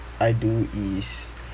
I do is